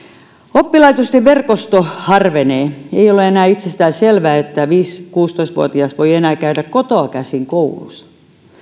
oppilaitosten verkosto harvenee ei ole enää itsestään selvää että viisitoista viiva kuusitoista vuotias voi enää käydä kotoa käsin koulussa